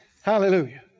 Hallelujah